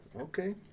Okay